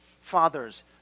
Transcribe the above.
Fathers